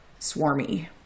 swarmy